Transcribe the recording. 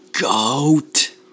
Goat